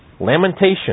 Lamentation